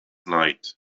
night